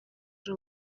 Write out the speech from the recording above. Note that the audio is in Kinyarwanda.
ari